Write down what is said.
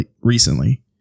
recently